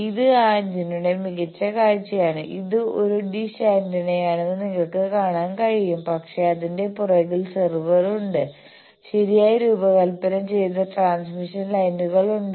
ഇത് ആ ആന്റിനയുടെ മികച്ച കാഴ്ചയാണ് ഇത് ഒരു ഡിഷ് ആന്റിനയാണെന്ന് നിങ്ങൾക്ക് കാണാൻ കഴിയും പക്ഷേ അതിന്റെ പുറകിൽ സെർവുണ്ട് ശരിയായി രൂപകൽപ്പന ചെയ്ത ട്രാൻസ്മിഷൻ ലൈനുകൾ ഉണ്ട്